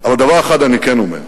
אבל דבר אחד אני כן אומר: